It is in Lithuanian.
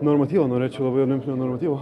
normatyvo norėčiau labai olimpinio normatyvo